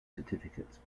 certificates